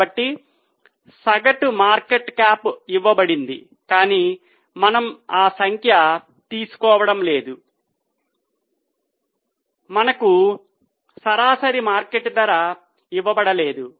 కాబట్టి సగటు market cap ఇవ్వబడింది కానీ మనము ఆ సంఖ్య తీసుకోవడం లేదు మనకు సరాసరి మార్కెట్ ధర ఇవ్వబడలేదు